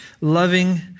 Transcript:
loving